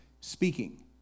speaking